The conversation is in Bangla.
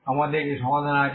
আমাদের একটি সমাধান আছে